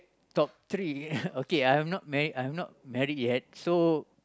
top three okay I am not married I am not married yet so